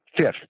Fifth